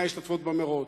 מתנאי ההשתתפות במירוץ.